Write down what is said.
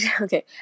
okay